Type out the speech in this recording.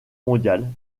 mondiale